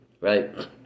right